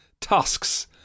Tusks